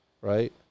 right